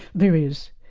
there is.